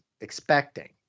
expecting